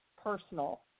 personal